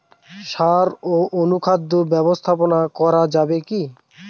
সাড় ও অনুখাদ্য ব্যবস্থাপনা করা যাবে কি?